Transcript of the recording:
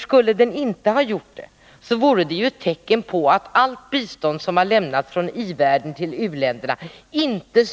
Skulle den inte ha gjort det, vore det ett tecken på att allt bistånd som lämnats från i-världen till u-länderna inte